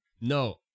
No